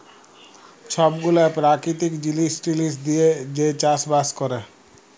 ছব গুলা পেরাকিতিক জিলিস টিলিস দিঁয়ে যে চাষ বাস ক্যরে